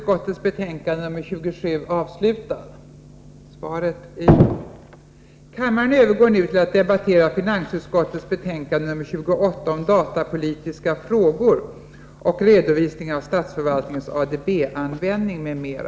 Kammaren övergår nu till att debattera finansutskottets betänkande 28 om datapolitiska frågor och redovisning av statsförvaltningens ADB-användning m.m.